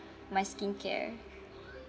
my skincare